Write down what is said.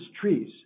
trees